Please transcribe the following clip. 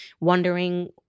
wondering